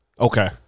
Okay